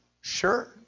Sure